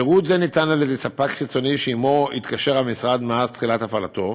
שירות זה ניתן על ידי ספק חיצוני שעמו התקשר המשרד מאז תחילת הפעלתו.